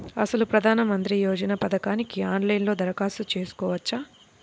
అసలు ప్రధాన మంత్రి యోజన పథకానికి ఆన్లైన్లో దరఖాస్తు చేసుకోవచ్చా?